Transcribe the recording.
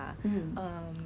你咬的时候